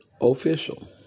official